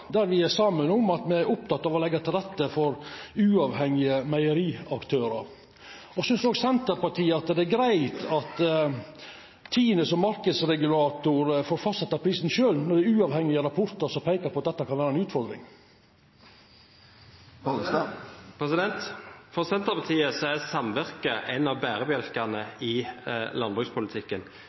der me er saman om å seia at me er opptekne av å leggja til rette for uavhengige meieriaktørar. Synest Senterpartiet det er greitt at Tine som marknadsregulator får fastsetja prisane sjølve når uavhengige rapportar peiker på at dette kan vera ei utfordring? For Senterpartiet er samvirket en av bærebjelkene i landbrukspolitikken.